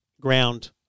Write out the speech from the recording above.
ground